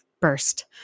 burst